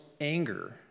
anger